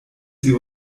sie